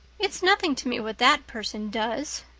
it's nothing to me what that person does,